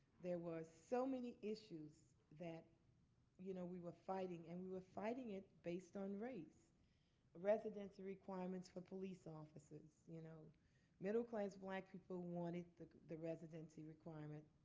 there were so many issues that you know we were fighting. and we were fighting it based on race residency requirements for police officers. you know middle class black people wanted the the residency requirement.